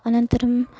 अनन्तरम्